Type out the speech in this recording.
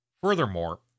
furthermore